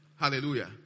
Hallelujah